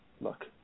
look